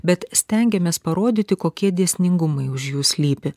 bet stengiamės parodyti kokie dėsningumai už jų slypi